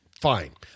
Fine